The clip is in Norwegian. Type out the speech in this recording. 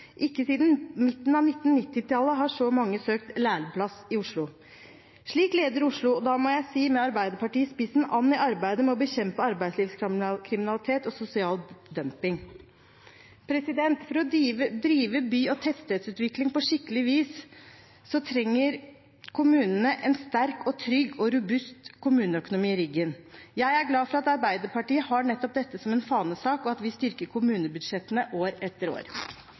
Ikke siden midten av 1990-talet har så mange søkt lærlingplass i Oslo. Slik leder Oslo, og da må jeg si at med Arbeiderpartiet i spissen tar vi arbeidet med å bekjempe arbeidslivskriminalitet og sosial dumping. For å drive by- og tettstedsutvikling på skikkelig vis trenger kommunene en sterk, trygg og robust kommuneøkonomi i ryggen. Jeg er glad for at Arbeiderpartiet har nettopp dette som en fanesak, og at vi styrker kommunebudsjettene år etter år.